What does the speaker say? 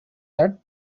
third